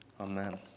Amen